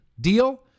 Deal